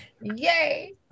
yay